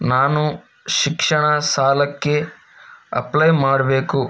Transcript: ನಾನು ಶಿಕ್ಷಣ ಸಾಲಕ್ಕೆ ಅಪ್ಲೈ ಮಾಡಬೇಕು